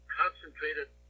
concentrated